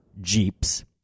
Jeeps